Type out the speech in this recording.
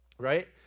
right